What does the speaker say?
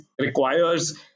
Requires